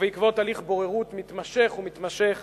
ובעקבות הליך בוררות מתמשך ומתמשך